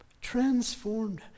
Transformed